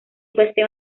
queste